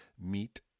Meet